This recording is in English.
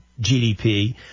GDP